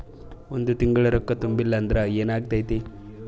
ಒಂದ ತಿಂಗಳ ರೊಕ್ಕ ತುಂಬಿಲ್ಲ ಅಂದ್ರ ಎನಾಗತೈತ್ರಿ?